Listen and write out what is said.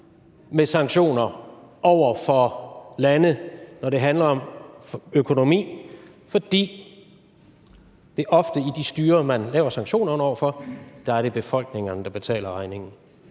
med sanktioner over for lande, når det handler om økonomi, fordi det ofte i de styrer, man laver sanktionerne over for, er befolkningerne, der betaler regningen.